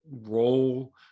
role